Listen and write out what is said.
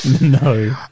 No